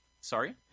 Sorry